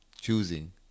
choosing